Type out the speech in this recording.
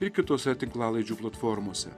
ir kitose tinklalaidžių platformose